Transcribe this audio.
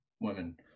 women